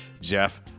Jeff